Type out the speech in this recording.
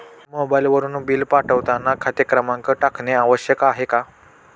मोबाईलवरून बिल पाठवताना खाते क्रमांक टाकणे आवश्यक आहे का?